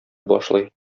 башлый